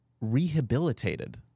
rehabilitated